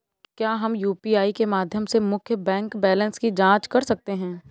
क्या हम यू.पी.आई के माध्यम से मुख्य बैंक बैलेंस की जाँच कर सकते हैं?